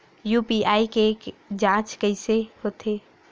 UPI के के जांच कइसे होथे?